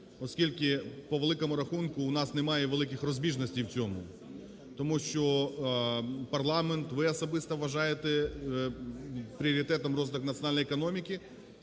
оскільки, по великому рахунку, у нас немає великих розбіжностей в цьому. Тому що парламент, ви особисто вважаєте пріоритетом розвиток національної економіки,